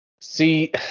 See